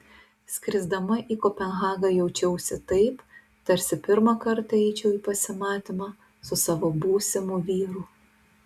skrisdama į kopenhagą jaučiausi taip tarsi pirmą kartą eičiau į pasimatymą su savo būsimu vyru